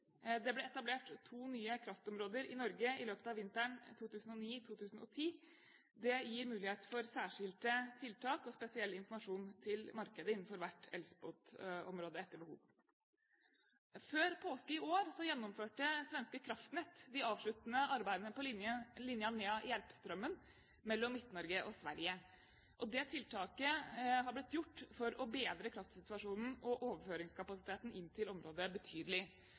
Det ble etablert to nye kraftområder i Norge i løpet av vinteren 2009–2010. Det gir mulighet for særskilte tiltak og spesiell informasjon til markedet innenfor hvert elspotområde etter behov. Før påske i år gjennomførte Svenska Kraftnät de avsluttende arbeidene på linjen Nea–Järpströmmen mellom Midt-Norge og Sverige. Det tiltaket har blitt gjennomført for å bedre kraftsituasjonen og overføringskapasiteten inn til området betydelig.